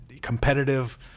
competitive